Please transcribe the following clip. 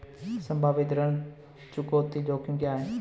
संभावित ऋण चुकौती जोखिम क्या हैं?